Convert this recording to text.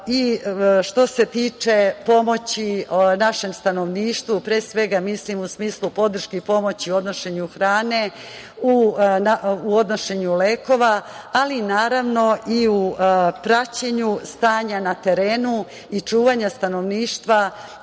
što se tiče pomoći našem stanovništvu, pre svega mislim u smislu podrške i pomoći u odnošenju hrane, u odnošenju lekova, ali i u praćenju stanja na terenu i čuvanja stanovništva